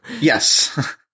Yes